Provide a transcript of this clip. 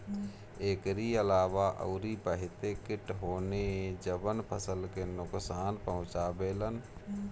एकरी अलावा अउरी बहते किट होने जवन फसल के नुकसान पहुंचावे लन